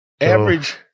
Average